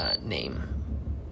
name